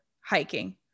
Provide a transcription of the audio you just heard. hiking